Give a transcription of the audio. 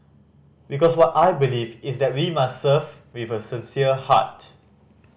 because what I believe is that we must serve with a sincere heart